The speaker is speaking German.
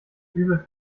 übel